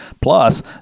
Plus